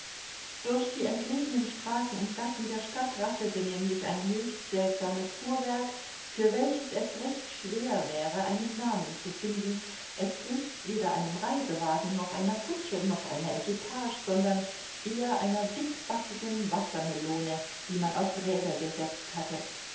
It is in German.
durch die entlegenen straßen und gassen der stadt rasselte nämlich ein höchst seltsames fuhrwerk für welches es recht schwer wäre einen namen zu finden es glich weder einem reisewagen noch einer kutsche noch einer equipage sondern eher einer dickbackigen wassermelone die man auf räder gesetzt hatte